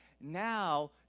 now